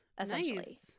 Essentially